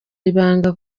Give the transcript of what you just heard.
ibanga